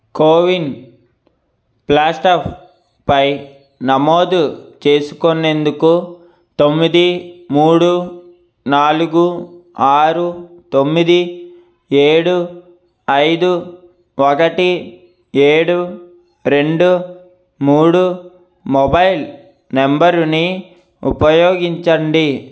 CoWIN ప్లాస్టఫ్పై నమోదు చేసుకునేందుకు తొమ్మిది మూడు నాలుగు ఆరు తొమ్మిది ఏడు ఐదు ఒకటి ఏడు రెండు మూడు మొబైల్ నంబరుని ఉపయోగించండి